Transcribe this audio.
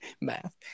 math